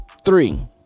three